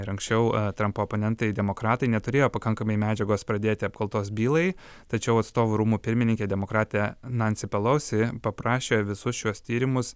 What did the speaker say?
ir anksčiau trumpo oponentai demokratai neturėjo pakankamai medžiagos pradėti apkaltos bylai tačiau atstovų rūmų pirmininkė demokratė nansi pelosi paprašė visus šiuos tyrimus